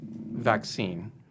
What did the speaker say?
vaccine